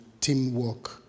teamwork